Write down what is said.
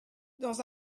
dans